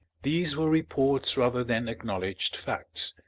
these were reports rather than acknowledged facts,